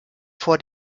vor